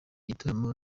gitaramo